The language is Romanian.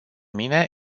mine